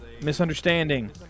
misunderstanding